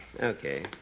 Okay